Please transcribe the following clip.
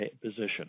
position